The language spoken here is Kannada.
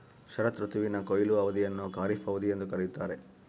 ಶರತ್ ಋತುವಿನ ಕೊಯ್ಲು ಅವಧಿಯನ್ನು ಖಾರಿಫ್ ಅವಧಿ ಎಂದು ಕರೆಯುತ್ತಾರೆ